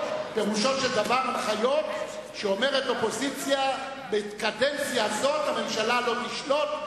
פירושו של דבר הנחיות שאומרת אופוזיציה: בקדנציה הזאת הממשלה לא תשלוט,